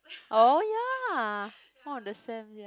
oh ya oh the sem ya